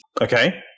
Okay